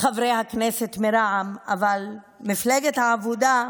מחברי הכנסת מרע"מ, אבל מפלגת העבודה,